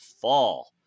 fall